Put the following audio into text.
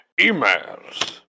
emails